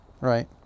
right